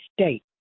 state